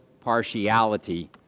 partiality